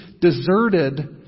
deserted